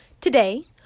Today